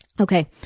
Okay